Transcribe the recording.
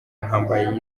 ahambaye